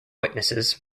witnesses